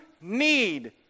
need